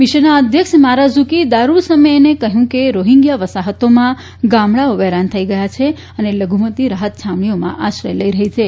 મિશનના અધ્યક્ષ મારાઝૂકી દારૂસમેને કહ્યું કે રોહીંગ્યા વસાહતોમાં ગામડાંઓ વેરાન થઇ ગયાં છે અને લઘ્ધમતિ રાહત છાવણીઓમાં આશ્રય લઇ રહી છે